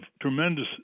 tremendous